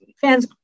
fans